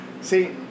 See